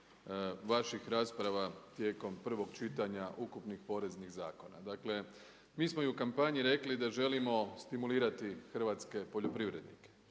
vaših rasprava tijekom prvog čitanja ukupnih poreznih zakona. Dakle, mi smo i u kampanji rekli da želimo stimulirati hrvatske poljoprivrednike